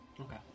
okay